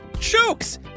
jokes